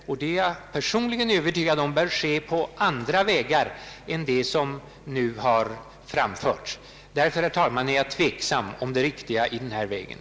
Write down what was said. Personligen är jag övertygad om att det bör ske på andra vägar än den som nu har föreslagits. Därför, herr talman, är jag tveksam om det riktiga i att beträda den här vägen.